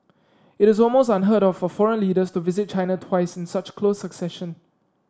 it is almost unheard of for foreign leaders to visit China twice in such close succession